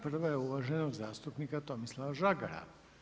Prva je uvaženog zastupnika Tomislava Žagara.